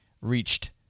reached